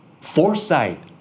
foresight